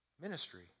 ministry